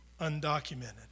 undocumented